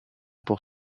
pour